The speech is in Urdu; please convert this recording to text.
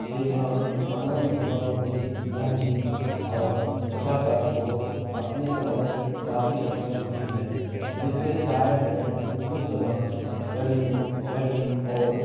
دیگر ان تمام زبانوں کی تہذیب اور ثقافت کو اپنے اندر داخل کر چکی ہے جس کے سائے میں اردو زبان پلی بڑھی اور